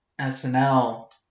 SNL